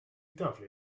daflu